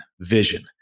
vision